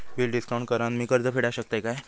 Bill discount करान मी कर्ज फेडा शकताय काय?